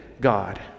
God